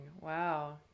Wow